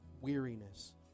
weariness